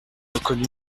reconnu